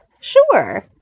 Sure